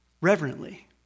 reverently